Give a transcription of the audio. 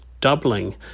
doubling